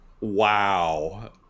Wow